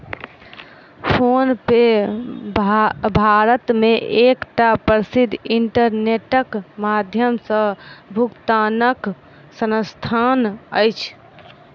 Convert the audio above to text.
PhonePe Bharat मे एकटा प्रसिद्ध इंटरनेटक माध्यम सॅ भुगतानक संस्थान अछि